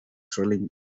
drilling